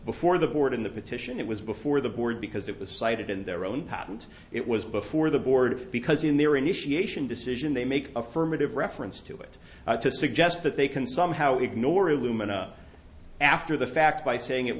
before the board in the petition it was before the board because it was cited in their own patent it was before the board because in their initiation decision they make affirmative reference to it to suggest that they can somehow ignore alumina after the fact by saying it